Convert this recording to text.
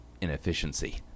inefficiency